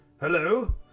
Hello